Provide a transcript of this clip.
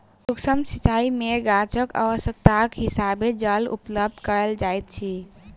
सुक्ष्म सिचाई में गाछक आवश्यकताक हिसाबें जल उपलब्ध कयल जाइत अछि